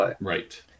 Right